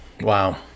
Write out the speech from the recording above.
Wow